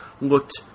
looked